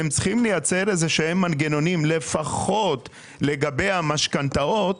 אתם צריכים לייצר מנגנונים לפחות לגבי המשכנתאות,